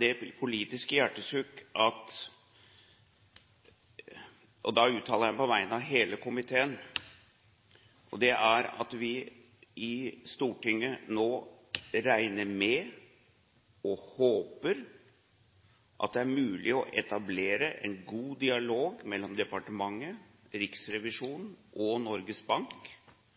Det politiske hjertesukket – da uttaler jeg meg på vegne av hele komiteen – er at vi i Stortinget nå regner med og håper at det er mulig å etablere en god dialog mellom departementet, Riksrevisjonen og Norges Bank